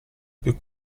più